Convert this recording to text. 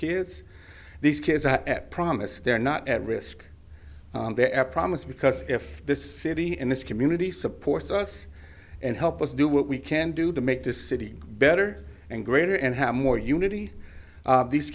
kids these kids that promise they're not at risk their promise because if this city and this community supports us and help us do what we can do to make this city better and greater and have more unity these